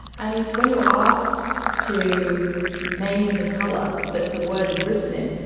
and when you are asked to name the colour that the word is written in,